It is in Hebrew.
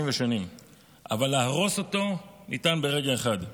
ושנים אבל להרוס אותו ניתן ברגע אחד.